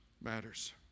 matters